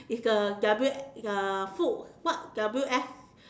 is the W the food what W_S